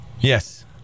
Yes